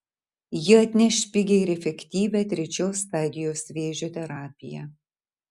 ji atneš pigią ir efektyvią trečios stadijos vėžio terapiją